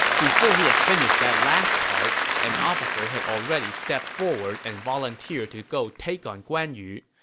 before he had finished that last part, an officer had already stepped forward and volunteered to go take on guan yu.